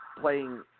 playing